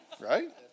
Right